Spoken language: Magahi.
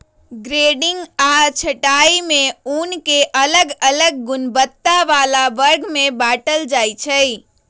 ग्रेडिंग आऽ छँटाई में ऊन के अलग अलग गुणवत्ता बला वर्ग में बाटल जाइ छइ